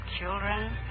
Children